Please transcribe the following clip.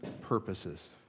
purposes